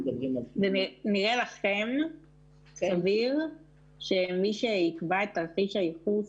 נראה לכם סביר שמי שיקבע את תרחיש הייחוס